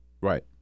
right